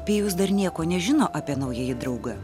pijus dar nieko nežino apie naująjį draugą